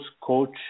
coach